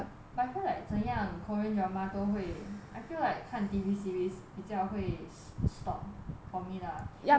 but I feel like 怎样 korean drama 都会 I feel like 看 T_V series 比较会 s~ stop for me lah if right